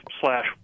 slash